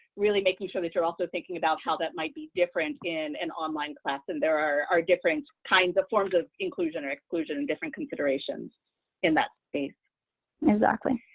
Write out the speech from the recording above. really making sure that you're also thinking about how that might be different in an online class, and there are different kinds of forms of inclusion or exclusion and different considerations in that space. nell exactly.